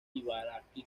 ibaraki